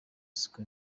siko